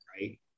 right